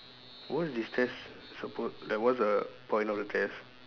what's this test suppo~ like what's the point of the test